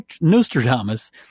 nostradamus